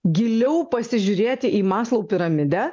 giliau pasižiūrėti į maslou piramidę